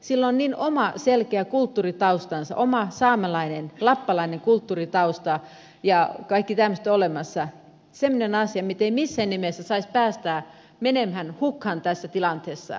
sillä on niin oma selkeä kulttuuritaustansa oma saamelainen lappalainen kulttuuritausta ja kaikki tämmöiset olemassa semmoinen asia mitä ei missään nimessä saisi päästää menemään hukkaan tässä tilanteessa